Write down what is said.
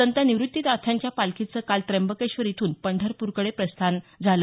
संत निवृत्तीनाथांच्या पालखीनं काल त्यंबकेश्वर इथून पंढरपूरकडे प्रस्थान झालं